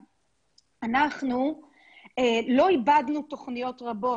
אנחנו לא עיבדנו תוכניות רבות.